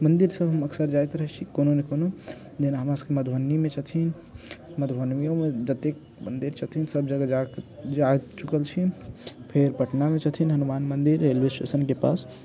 मंदिर सब हम अक्सर जैत रहय छी कोनो ना कोनो जेना हमरा सबके मधुबनी मे छथिन मधुबनियो मे जतेक मंदिर छथिन सब जगह जा जा चुकल छी फेर पटना मे छथिन हनुमान मंदिर रेलवे स्टेशन के पास